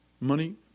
money